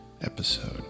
episode